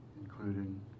including